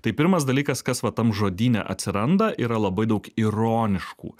tai pirmas dalykas kas va tam žodyne atsiranda yra labai daug ironiškų